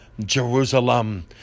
Jerusalem